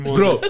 Bro